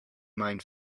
mind